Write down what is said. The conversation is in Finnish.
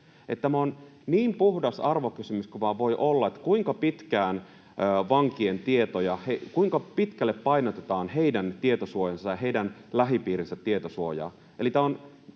Tämä on niin puhdas arvokysymys kuin vain voi olla, kuinka pitkälle painotetaan vankien tietosuojaa ja heidän lähipiirinsä tietosuojaa.